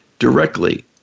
Directly